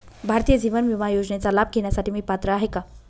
भारतीय जीवन विमा योजनेचा लाभ घेण्यासाठी मी पात्र आहे का?